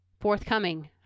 forthcoming